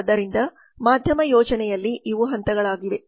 ಆದ್ದರಿಂದ ಮಾಧ್ಯಮ ಯೋಜನೆಯಲ್ಲಿ ಇವು ಹಂತಗಳಾಗಿವೆ